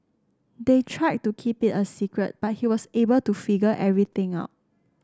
they tried to keep it a secret but he was able to figure everything out